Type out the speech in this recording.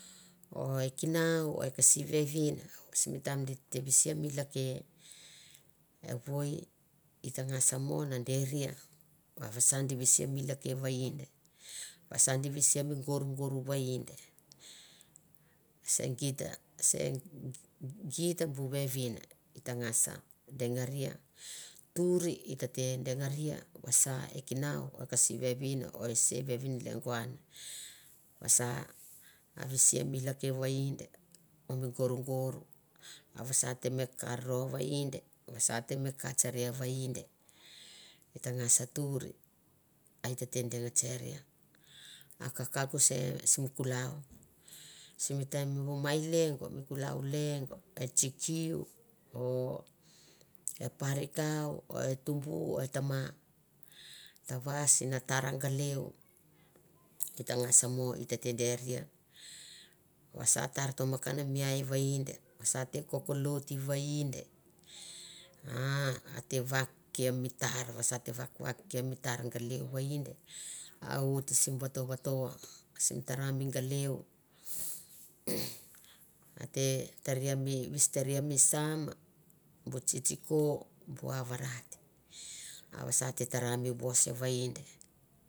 O e kinau o e kisi vevin, sim taim di te visi mi lake, evoi ita ngas mo na deria va vasa di visi mi lake vainde, vasa di visia mi gorgor vainde, se geit, se geit bu vevin i ta ngas dengaria, tuir i tete dengaria vasa e kinau o e kasi vevin o e se vevin lengo an vasa a visia mi lake vainde, o mi gorgor a vasa a te te me kar ro vainde, vasa a te me katsire vainde e ta ngas tuir a e ta te deng tseria, a kakauk simi kulau simi taim bu mai lengo, mi kulau lengo, e tsikiu o e parikau e tubu o e tama ta vais na tar galeu, ita ngas mo itete deria, vasa a tar tomokan mi ai vainde vasa kokolut vainde, a oit sim vato vato sim tara mi galeu a te taria mi vis taria mi sam, bu tsi tsi ko bu avarat, a vasa a te tara mi vos vainde.